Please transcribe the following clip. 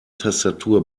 tastatur